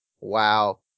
Wow